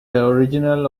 original